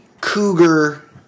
Cougar